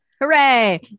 hooray